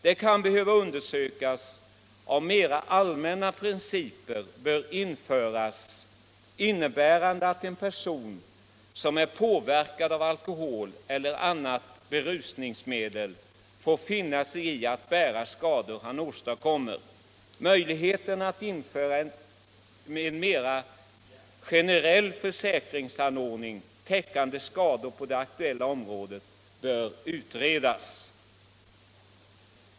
Det kan behöva undersökas om mera allmänna principer bör införas, innebärande att en person som är påverkad av alkohol eller annat berusningsmedel får finna sig i att bära kostnaderna för skador som han åstadkommer. Möjligheten att införa en mera generell försäkringsanordning täckande skador på det aktuella området bör utredas.